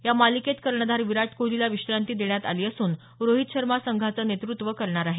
या मालिकेत कर्णधार विराट कोहलीला विश्रांती देण्यात आली असून रोहीत शर्मा संघाचं नेतृत्व करणार आहे